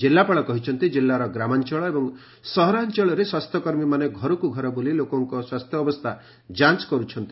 କିଲ୍ଲାପାଳ କହିଛନ୍ତି କିଲ୍ଲାର ଗ୍ରାମାଞ୍ଚଳ ଏବଂ ସହରାଞ୍ଚଳରେ ସ୍ୱାସ୍ଥ୍ୟକର୍ମୀମାନେ ଘରକୁ ଘର ବୁଲି ଲୋକଙ ସ୍ୱାସ୍ଥ୍ୟ ଅବସ୍ଥା ଯାଞ୍ କରୁଛନ୍ତି